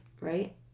right